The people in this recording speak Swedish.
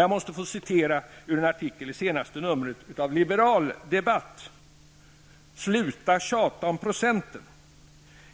Jag måste få citera ur en artikel i senaste numret av Liberal Debatt ''Sluta tjata om procenten''.